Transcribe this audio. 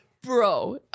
Bro